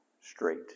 straight